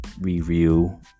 review